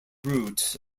root